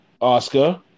Oscar